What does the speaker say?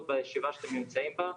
הבריאות בישראל ואנחנו גאים בהם מאוד.